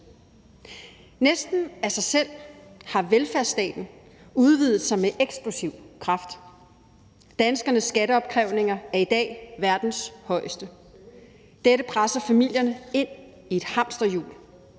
Næsten af sig selv har velfærdsstaten udvidet sig med eksplosiv kraft. Danskernes skatteopkrævninger er i dag verdens højeste. Dette presser familierne ind i et hamsterhjul.